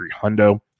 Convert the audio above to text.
hundo